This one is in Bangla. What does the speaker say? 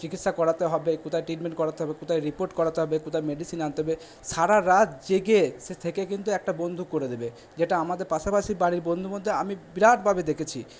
চিকিৎসা করাতে হবে কোথায় ট্রিটমেন্ট করাতে হবে কোথায় রিপোর্ট করাতে হবে কোথায় মেডিসিন আনতে হবে সারা রাত জেগে সে থেকে কিন্তু একটা বন্ধু করে দেবে যেটা আমাদের পাশাপাশি বাড়ির বন্ধুর মধ্যে আমি বিরাটভাবে দেখেছি